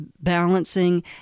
balancing